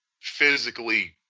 physically